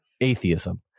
atheism